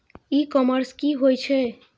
ई commerce की होय छेय?